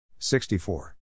64